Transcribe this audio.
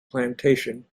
plantation